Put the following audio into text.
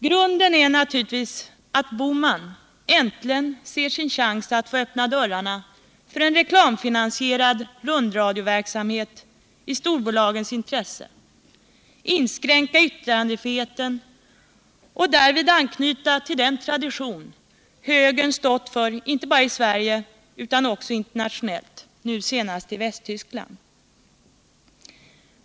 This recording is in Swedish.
Grunden är naturligtvis att herr Bohman äntligen ser sin chans att öppna dörrarna för en reklamfinansierad rundradioverksamhet i storbolagens intressen samt inskränka yttrandefriheten — och därvid anknyta till den tradition som högern stått för inte bara i Sverige utan också internationellt, nu senast i Västtyskland.